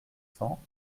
cents